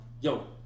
yo